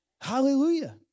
Hallelujah